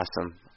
awesome